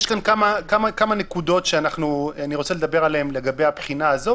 יש כאן כמה נקודות שאני רוצה לדבר עליהן לגבי הבחינה הזאת,